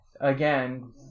again